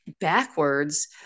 backwards